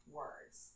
words